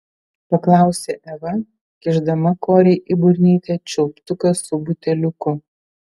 paklausė eva kišdama korei į burnytę čiulptuką su buteliuku